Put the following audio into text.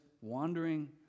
wandering